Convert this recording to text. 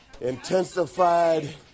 intensified